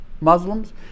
Muslims